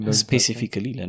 specifically